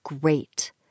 Great